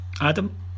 Adam